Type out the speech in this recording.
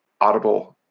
Audible